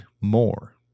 more